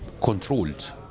controlled